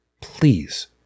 Please